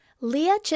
Leah